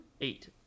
Eight